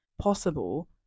possible